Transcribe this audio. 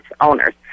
owners